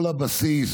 כל הבסיס